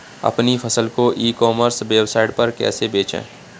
अपनी फसल को ई कॉमर्स वेबसाइट पर कैसे बेचें?